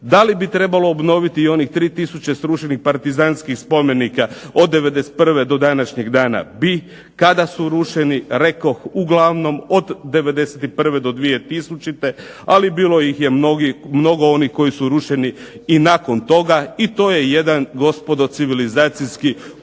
da li bi trebalo obnoviti i onih 3 tisuće srušenih partizanskih spomenika od '91. do današnjeg dana? Bi. Kada su urušeni? Rekoh uglavnom od '91. do 2000., ali bilo ih je mnogo onih koji su rušeni i nakon toga, i to je jedan gospodo civilizacijski …/Ne